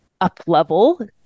up-level